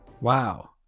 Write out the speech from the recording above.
Wow